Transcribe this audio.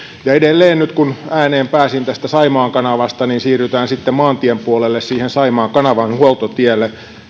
edelleen nyt kun ääneen pääsin saimaan kanavasta niin siirrytään sitten maantien puolelle saimaan kanavan huoltotielle